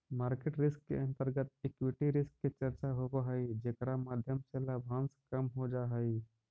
market risk के अंतर्गत equity risk के चर्चा होवऽ हई जेकरा माध्यम से लाभांश कम हो जा हई